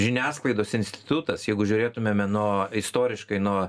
žiniasklaidos institutas jeigu žiūrėtumėme nuo istoriškai nuo